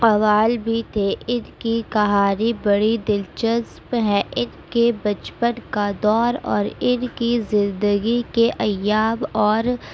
قوال بھی تھے ان کی کہانی بڑی دلچسپ ہے ان کے بچپن کا دور اور ان کی زندگی کے ایام اور